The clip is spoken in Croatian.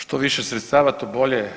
Što više sredstava to bolje.